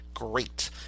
great